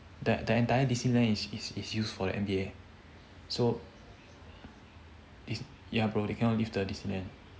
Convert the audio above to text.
that the entire disneyland is is used for the N_B_A so is ya bro they cannot leave the disneyland